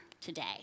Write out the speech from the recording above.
today